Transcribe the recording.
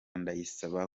ndayisaba